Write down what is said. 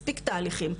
מספיק תהליכים,